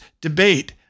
debate